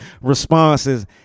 responses